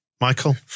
Michael